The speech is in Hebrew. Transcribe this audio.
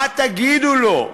מה תגידו לו,